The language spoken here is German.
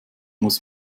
muss